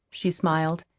she smiled.